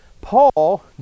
Paul